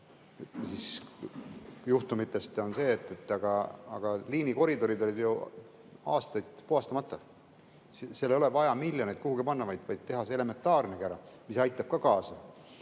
talve juhtumid Saaremaal: liinikoridorid olid ju aastaid puhastamata. Seal ei ole vaja miljoneid kuhugi panna, vaid teha see elementaarnegi ära, mis aitab ka kaasa.